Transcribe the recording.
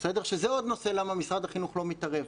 שזה עוד נושא למה משרד החינוך לא מתערב,